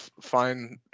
find